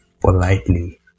politely